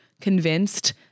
convinced